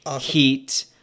Heat